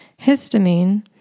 histamine